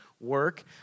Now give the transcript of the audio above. work